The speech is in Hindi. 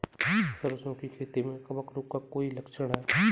सरसों की खेती में कवक रोग का कोई लक्षण है?